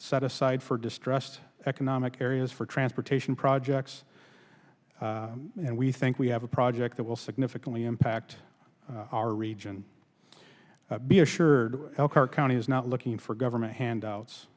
set aside for distressed economic areas for transportation projects and we think we have a project that will significantly impact our region be assured elkhart county is not looking for government handouts